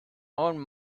own